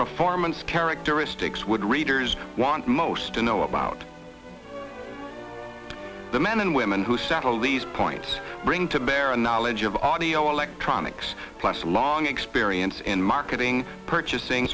performance characteristics would readers want most to know about the men and women who settled these points bring to bear a knowledge of audio electronics plus long experience in marketing purchasing